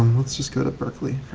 let's just go to berkley,